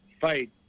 fight